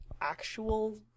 actual